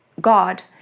God